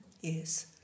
Yes